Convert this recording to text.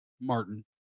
Martin